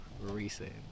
recent